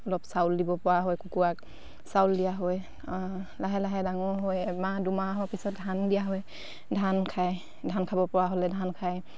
অলপ চাউল দিব পৰা হয় কুকুৰাক চাউল দিয়া হয় লাহে লাহে ডাঙৰ হয় এমাহ দুমাহৰ পিছত ধান দিয়া হয় ধান খায় ধান খাব পৰা হ'লে ধান খায়